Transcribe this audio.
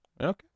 Okay